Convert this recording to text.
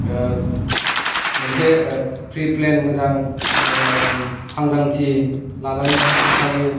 मोनसे pre plan मोजां सांग्रांथि लानानै था था थांखायो